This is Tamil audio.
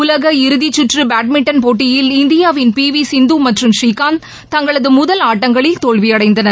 உலக இறுதிச்சுற்று பேட்மின்டன் போட்டியில் இந்தியாவின் பி வி சிந்து மற்றும் புரீகாந்த் தங்களது முதல் ஆட்டங்களில் தோல்வியடைந்தனர்